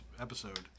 episode